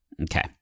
Okay